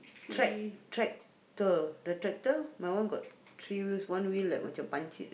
trac~ tractor the tractor my one got three wheels one wheel like macam punchek like that